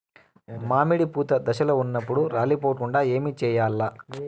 మామిడి పూత దశలో ఉన్నప్పుడు రాలిపోకుండ ఏమిచేయాల్ల?